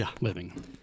living